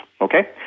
Okay